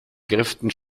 kräften